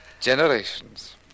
Generations